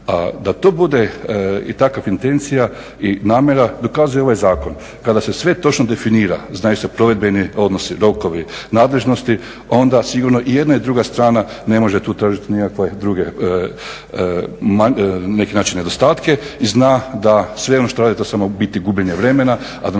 Da to bude i takva intencija i namjera dokazuje i ovaj zakon. Kada se sve točno definira, znaju se provedbeni odnosi, rokovi, nadležnosti onda sigurno i jedna i druga strana ne može tu tražiti nikakve druge na neki način nedostatke i zna da sve ono što radi to je samo u biti gubljenje vremena a da